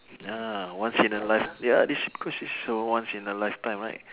ya once in a life~ ya this is because is all once in a lifetime right